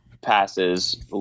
passes